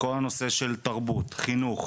כל הנושא של תרבות, חינוך,